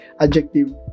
adjective